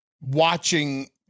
Watching